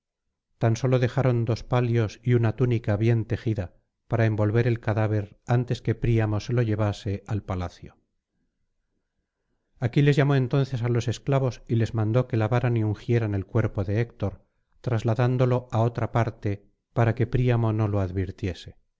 tan sólo dejaron dos palios y una túnica bien tejida para envolver el cadáver antes que príamo se lo llevase al palacio aquiles llamó entonces á los esclavos y les mandó que lavaran y ungieran el cuerpo de héctor trasladándolo á otra parte para que príamo no lo advirtiese